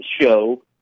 show